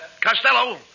Costello